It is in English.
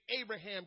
Abraham